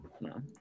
No